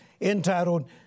entitled